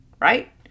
Right